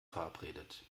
verabredet